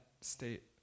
state